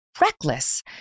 reckless